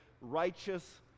righteous